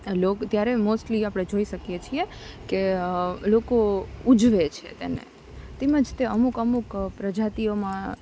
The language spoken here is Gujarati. લોક ત્યારે મોસ્ટલી આપણે જોઈ શકીએ છે કે લોકો ઉજવે છે તેને તેમજ તે અમુક અમુક પ્રજાતિઓમાં